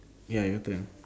ya your turn